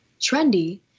trendy